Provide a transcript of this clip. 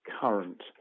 current